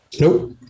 Nope